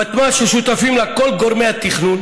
ותמ"ל, ששותפים לה כל גורמי התכנון,